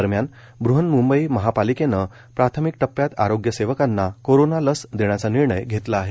दरम्यान बृहन्मुंबई महापालिकेनं प्राथमिक टप्प्यात आरोग्य सेवकांना कोरोना लस देण्याचा निर्णय घेतला आहे